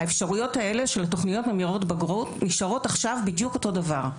האפשרויות האלה של תוכניות ממירות בגרות נשארות עכשיו בדיוק אותו דבר,